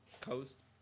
coast